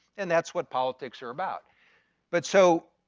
and that's what politics are about but so,